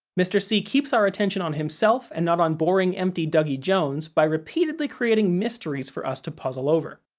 mr. c keeps our attention on himself and not on boring, empty dougie jones by repeatedly creating mysteries for us to puzzle over.